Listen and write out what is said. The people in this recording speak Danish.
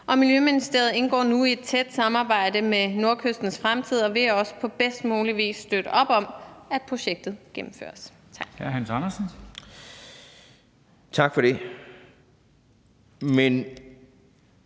Miljøministeriet indgår nu i et tæt samarbejde med Nordkystens Fremtid og vil også på bedst mulig vis støtte op om, at projektet gennemføres.